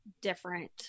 different